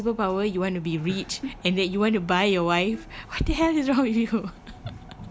your superpower you want to be rich and that you want to buy your wife what the hell is wrong with you